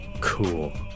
Cool